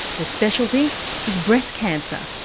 her speciality is breast cancer.